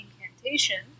Incantation